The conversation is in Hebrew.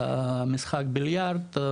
משחק ביליארד,